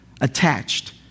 attached